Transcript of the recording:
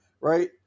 right